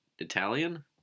Italian